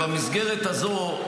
במסגרת הזו,